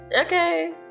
Okay